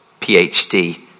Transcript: PhD